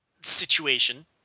situation